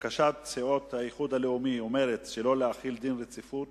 בקשת סיעות האיחוד הלאומי ומרצ שלא להחיל דין רציפות